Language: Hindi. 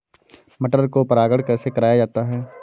मटर को परागण कैसे कराया जाता है?